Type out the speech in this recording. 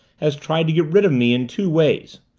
has tried to get rid of me in two ways.